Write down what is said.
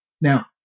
Now